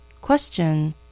Question